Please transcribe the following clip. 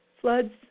floods